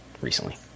recently